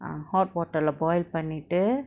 ah hot water lah boil பன்னிட்டு:pannitu